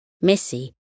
Missy